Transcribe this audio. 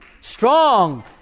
strong